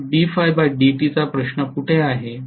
मग चा प्रश्न कोठे आहे